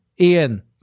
Ian